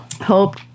Hope